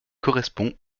correspond